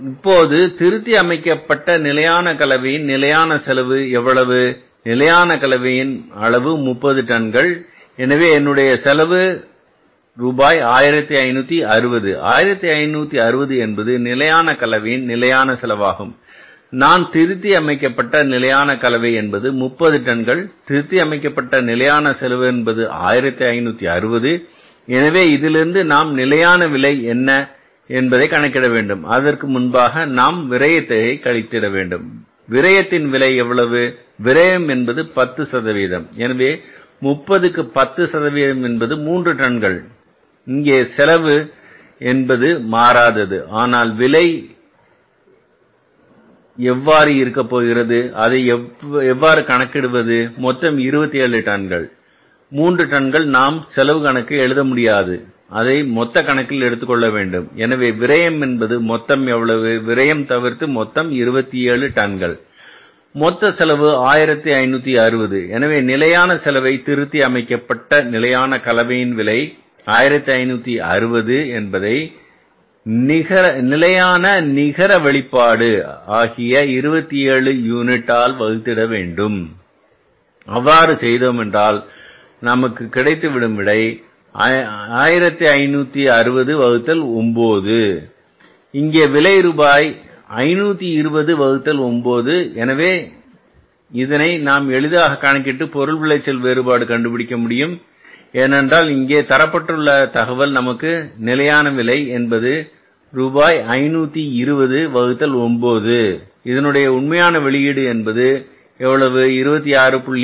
இப்போது திருத்தி அமைக்கப்பட்ட நிலையான கலவையின் நிலையான செலவு எவ்வளவு நிலையான கலவையின் அளவு 30 டன்கள் எனவே என்னுடைய செலவு ரூபாய் 1560 1560 என்பது நிலையான கலவையில் நிலையான செலவாகும் நான் திருத்தி அமைக்கப்பட்ட நிலையான கலவை என்பது 30 டன்கள் திருத்தி அமைக்கப்பட்ட நிலையான செலவு என்பது 1560 எனவே இதிலிருந்து நாம் நிலையான விலை என்ன என்பதை கணக்கிட வேண்டும் அதற்கு முன்பாக நாம் விரயத்தை களித்திட வேண்டும் விரையம் விலை எவ்வளவு விரயம் என்பது 10 எனவே முப்பதுக்கு 10 என்பது 3 டன்கள் இங்கே செலவு என்பது மாறாதது ஆனால் விலை என் எவ்வாறு இருக்கப் போகிறது அதை எவ்வாறு கணக்கிடுவது மொத்தம் 27 டன்கள் 3 டன்கள் நாம் செலவு கணக்கை எழுத முடியாது அதை மொத்த கணக்கில் எடுத்துக்கொள்ள வேண்டும் எனவே விரயம் என்பது மொத்தம் எவ்வளவு விரயம் தவிர்த்து மொத்தம் 27 ரன்கள் மொத்த செலவு 1560 எனவே நிலையான செலவு திருத்தி அமைக்கப்பட்ட நிலையான கலவையின் விலை 1560 என்பதை நிலையான நிகர வெளிப்பாடு ஆகிய 27 யூனிட்டால் வகுத்திட வேண்டும் அவ்வாறு செய்தோம் ஆனால் நமக்கு கிடைத்துவிடும் விடை 520 வகுத்தல் 9 இங்கே விலை ரூபாய் 520 வகுத்தல் 9 எனவே இதனை நாம் எளிதாக கணக்கிட்டு பொருள் விளைச்சல் வேறுபாடு கண்டுபிடிக்க முடியும் ஏனென்றால் இங்கே தரப்பட்டுள்ள தகவல் நமக்கு நிலையான விலை என்பது இப்போது ரூபாய் 520 வகுத்தல் 9 இதனுடைய உண்மையான வெளியீடு என்பது எவ்வளவு 26